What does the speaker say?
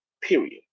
Period